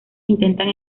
intentan